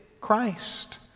Christ